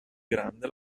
grande